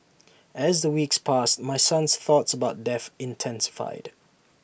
as the weeks passed my son's thoughts about death intensified